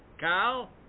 Kyle